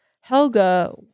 Helga